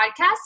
podcast